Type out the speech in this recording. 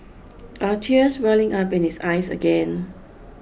are tears welling up in his eyes again